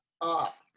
up